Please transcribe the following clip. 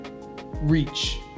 reach